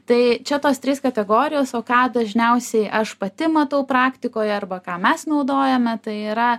tai čia tos trys kategorijos o ką dažniausiai aš pati matau praktikoje arba ką mes naudojame tai yra